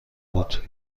بود